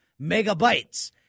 megabytes